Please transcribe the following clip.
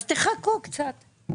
אז תחכו קצת.